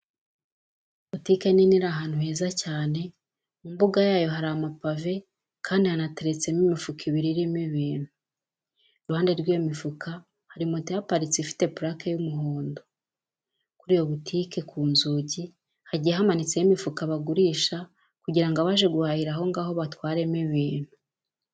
Butike nini iri ahantu heza cyane, mu mbuga yayo hari amapave kandi hanateretsemo imifuka ibiri irimo ibintu, iruhande rw'iyo mifuka hari moto ihaparitse ifite purake y'umuhondo. Kuri iyo butike ku nzugi hagiye hamanitseho imifuka bagurisha kugira ngo abaje guhahira aho ngaho batwaremo ibintu.